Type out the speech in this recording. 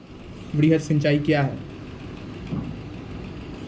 वृहद सिंचाई कया हैं?